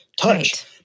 touch